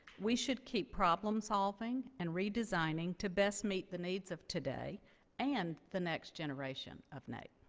we should keep problem solving and redesigning to best meet the needs of today and the next generation of naep.